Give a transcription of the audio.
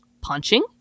Punching